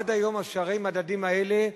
עד היום שערי המדדים האלה,